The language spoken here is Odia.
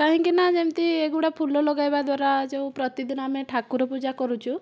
କାହିଁକିନା ଯେମିତି ଏଗୁଡ଼ା ଫୁଲ ଲଗାଇବା ଦ୍ୱାରା ଯେଉଁ ପ୍ରତିଦିନ ଆମେ ଠାକୁର ପୂଜା କରୁଛୁ